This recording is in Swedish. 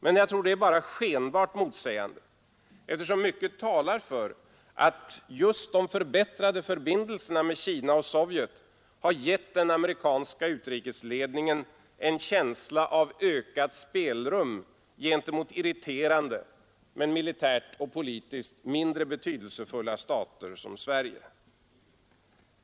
Men jag tror det bara är skenbart motsägande, eftersom mycket talar för att just de förbättrade förbindelserna med Kina och Sovjet har givit den amerikanska utrikesledningen en känsla av ökat spelrum gentemot irriterande men militärt och politiskt mindre betydelsefulla stater som Sverige.